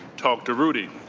talk to rudy.